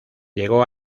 llegó